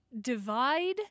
Divide